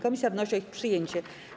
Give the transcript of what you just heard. Komisja wnosi o ich przyjęcie.